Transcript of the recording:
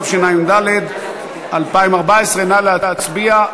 התשע"ד 2014. נא להצביע,